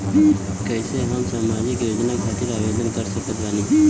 कैसे हम सामाजिक योजना खातिर आवेदन कर सकत बानी?